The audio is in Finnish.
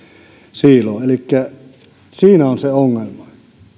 siiloon elikkä siinä on se ongelma